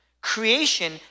creation